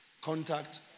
contact